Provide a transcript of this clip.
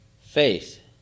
faith